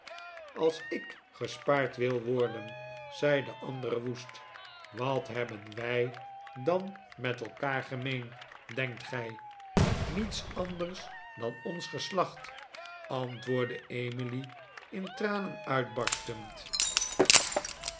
als ik gespaard wil worden zei de andere woest wat hebben w ij dan met elkaar gemeen denkt gij niets anders dan ons geslacht antwoordde emily in tranen uitbarstend